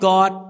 God